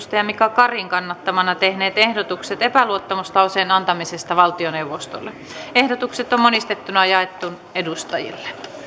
mika karin kannattamana tehneet ehdotukset epäluottamuslauseen antamisesta valtioneuvostolle ehdotukset on monistettuina jaettu edustajille